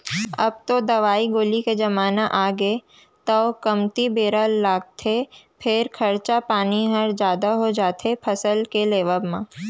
अब तो दवई गोली के जमाना आगे तौ कमती बेरा लागथे फेर खरचा पानी ह जादा हो जाथे फसल के लेवब म